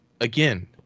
again